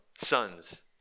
sons